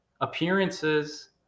Appearances